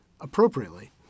appropriately